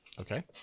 Okay